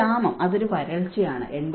ക്ഷാമം അതൊരു വരൾച്ചയാണ് 86